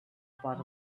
part